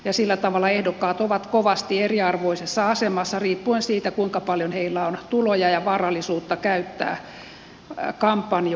sillä tavalla ehdokkaat ovat kovasti eriarvoisessa asemassa riippuen siitä kuinka paljon heillä on tuloja ja varallisuutta käyttää kampanjointiin